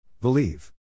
Believe